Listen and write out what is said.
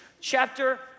Chapter